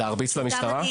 להרביץ למשטרה?